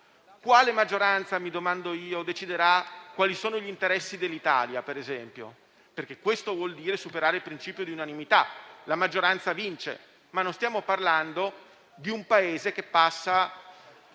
Quale maggioranza - mi domando io - deciderà quali sono gli interessi dell'Italia, per esempio? Perché questo vuol dire superare il principio di unanimità; la maggioranza vince. Non stiamo però parlando di un Paese che passa